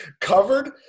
covered